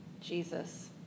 Jesus